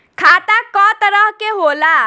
खाता क तरह के होला?